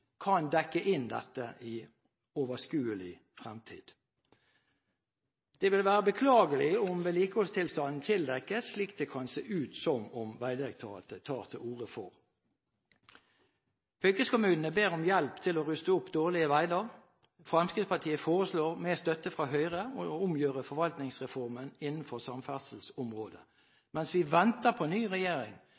kan dekke inn dette i overskuelig fremtid. Det vil være beklagelig om vedlikeholdstilstanden tildekkes, slik det kan se ut som om Vegdirektoratet tar til orde for. Fylkeskommunene ber om hjelp til å ruste opp dårlige veier. Fremskrittspartiet foreslår med støtte fra Høyre å omgjøre forvaltningsreformen innenfor samferdselsområdet. Mens vi venter på ny regjering,